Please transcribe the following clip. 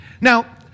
Now